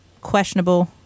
questionable